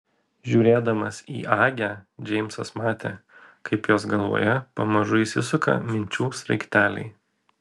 žiūrėdamas į agę džeimsas matė kaip jos galvoje pamažu įsisuka minčių sraigteliai